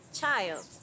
child